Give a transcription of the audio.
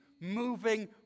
moving